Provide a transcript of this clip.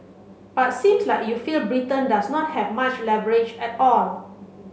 but seems like you feel Britain does not have much leverage at all